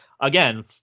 again